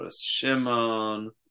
Shimon